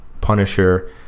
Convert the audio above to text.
Punisher